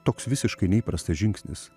toks visiškai neįprastas žingsnis